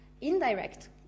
indirect